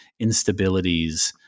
instabilities